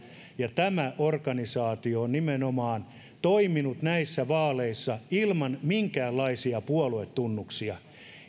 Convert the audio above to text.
ja tämä organisaatio on nimenomaan toiminut näissä vaaleissa ilman minkäänlaisia puoluetunnuksia